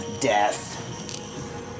death